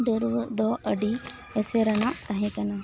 ᱰᱟᱹᱨᱣᱟᱹᱜ ᱫᱚ ᱟᱹᱰᱤ ᱮᱥᱮᱨᱟᱱᱟᱜ ᱛᱟᱦᱮᱸ ᱠᱟᱱᱟ